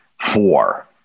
four